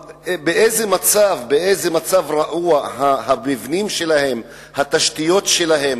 ובאיזה מצב רעוע המבנים שלהם והתשתיות שלהם,